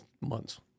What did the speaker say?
months